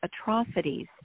atrocities